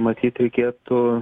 matyt reikėtų